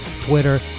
Twitter